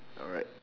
alright